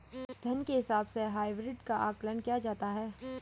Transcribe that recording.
धन के हिसाब से हाइब्रिड का आकलन किया जाता है